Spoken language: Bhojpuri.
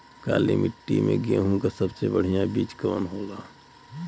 काली मिट्टी में गेहूँक सबसे बढ़िया बीज कवन होला?